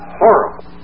horrible